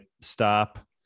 stop